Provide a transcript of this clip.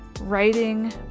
writing